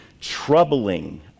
troubling